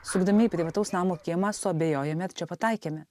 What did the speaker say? sukdami į privataus namo kiemą suabejojame ar čia pataikėme